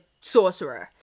sorcerer